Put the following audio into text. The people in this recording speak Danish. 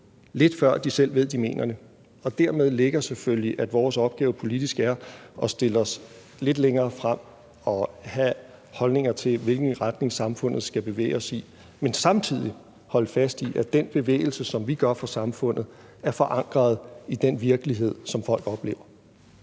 »lidt før de selv ved, at de mener det«, og deri ligger der selvfølgelig det, at vores opgave politisk er at stille os lidt længere frem og have holdninger til, hvilken retning samfundet skal bevæge sig i, men samtidig holde fast i, at den bevægelse, som vi gør for samfundet, er forankret i den virkelighed, som folk oplever.